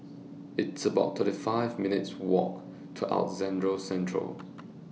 It's about thirty five minutes' Walk to Alexandra Central